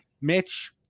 Mitch